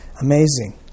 amazing